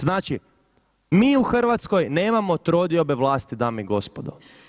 Znači mi u Hrvatskoj nemamo trodiobe vlasti dame i gospodo.